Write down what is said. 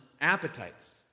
appetites